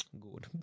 good